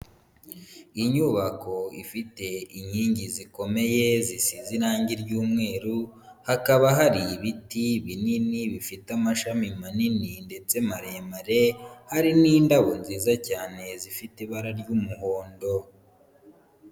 Inyubako ifite inkingi zikomeye zisize irange ry'umweru, hakaba hari ibiti binini bifite amashami manini ndetse maremare hari n'indabo nziza cyane zifite ibara ry'umuhondo.